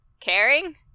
caring